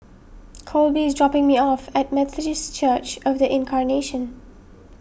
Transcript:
Colby is dropping me off at Methodist Church of the Incarnation